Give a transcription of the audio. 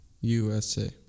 USA